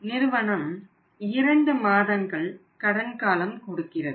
நிறுவனம் 2 மாதங்கள் கடன் காலம் கொடுக்கிறது